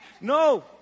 no